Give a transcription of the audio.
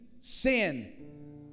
sin